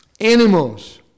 animals